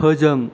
फोजों